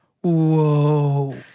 Whoa